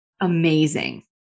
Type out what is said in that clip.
amazing